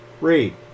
Read